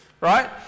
Right